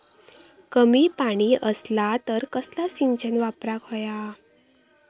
कमी पाणी असला तर कसला सिंचन वापराक होया?